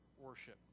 worship